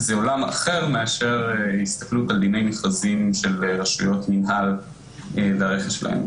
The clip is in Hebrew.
זה עולם אחרי מאשר הסתכלות על דיני מכרזים של רשויות מינהל והרכש שלהן.